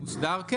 כן.